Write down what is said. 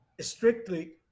strictly